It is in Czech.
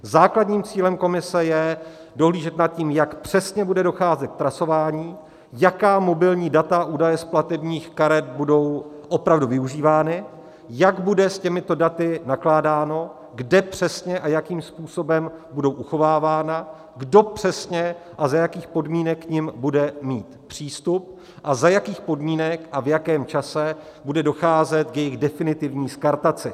Základním cílem komise je dohlížet nad tím, jak přesně bude docházet ke zpracování, jaká mobilní data a údaje z platebních karet budou opravdu využívána, jak bude s těmito daty nakládáno, kde přesně a jakým způsobem budou uchovávána, kdo přesně a za jakých podmínek k nim bude mít přístup a za jakých podmínek a v jakém čase bude docházet k jejich definitivní skartaci.